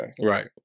Right